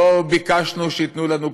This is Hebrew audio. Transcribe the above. לא ביקשנו שייתנו לנו קרדיט.